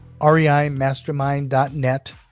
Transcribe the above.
reimastermind.net